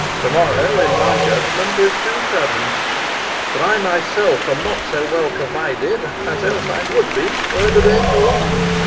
to-morrow, in my judgment, is too sudden for i myself am not so well provided as else i would be, were the day prolong'd.